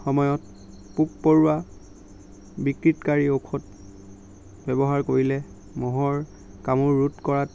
সময়ত পোক পৰুৱা বিকৃতকাৰী ঔষধ ব্যৱহাৰ কৰিলে মহৰ কামোৰ ৰোধ কৰাত